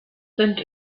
sind